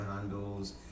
handles